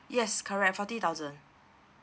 yes correct forty thousand